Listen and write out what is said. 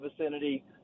vicinity